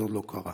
זה עוד לא קרה.